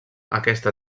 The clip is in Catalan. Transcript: aquesta